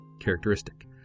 characteristic